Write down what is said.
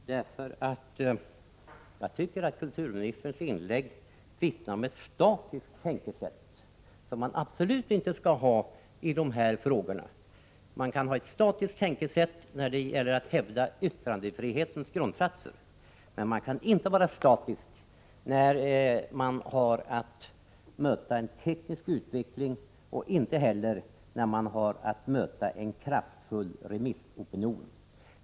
Jag tycker att kulturministerns inlägg vittnar om ett statiskt tänkesätt, som man absolut inte skall ha i dessa frågor. Man kan ha ett statiskt tänkesätt när det gäller att hävda yttrandefrihetens grundsatser, men inte när man skall möta en teknisk utveckling och inte heller när det gäller att möta en kraftfull remissopinion.